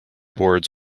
boards